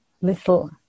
little